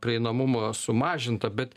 prieinamumo sumažinta bet